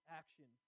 action